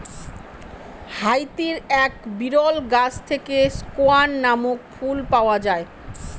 হাইতির এক বিরল গাছ থেকে স্কোয়ান নামক ফুল পাওয়া যায়